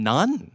None